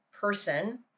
person